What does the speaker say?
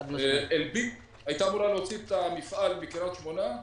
אלביט הייתה אמורה להוציא את המפעל מקריית שמונה,